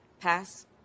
pass